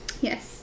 Yes